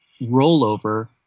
rollover